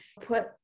put